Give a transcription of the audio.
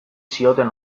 zioten